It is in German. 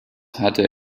hatte